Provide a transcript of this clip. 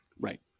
Right